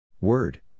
Word